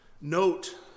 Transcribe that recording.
note